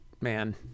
man